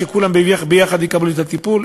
שכולם ביחד יקבלו את הטיפול,